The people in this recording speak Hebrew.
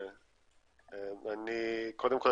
קודם כול,